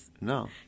No